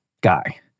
guy